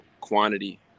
quantity